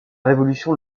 révolution